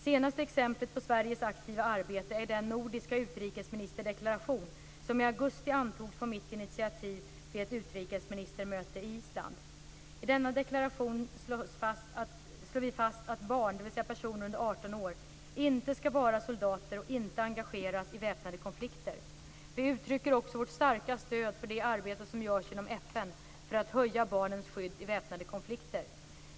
Senaste exemplet på Sveriges aktiva arbete är den nordiska utrikesministerdeklaration, som i augusti antogs på mitt initiativ vid ett utrikesministermöte i Island. I denna deklaration slår vi fast att barn, dvs. personer under 18 år, inte ska vara soldater och inte engageras i väpnade konflikter. Vi uttrycker också vårt starka stöd för det arbete som görs inom FN för att stärka barnens skydd i väpnade konflikter.